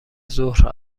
ظهر